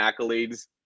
accolades